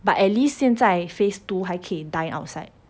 but at least 现在 phase two 还可以 dine outside